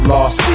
Lost